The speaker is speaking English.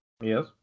Yes